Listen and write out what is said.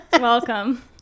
welcome